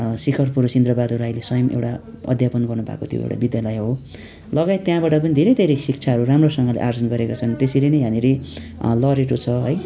शिखर पुरुष इन्द्रबाहादुर राईले स्वयम् एउटा अध्यापन गर्नुभएको त्यो एउटा विद्यालय हो लगायत त्यहाँबाट पनि धेरै धेरै राम्रो शिक्षाहरू राम्रोसँगले आर्जन गरेका छन् त्यसरी नै यहाँनिर लरेटो छ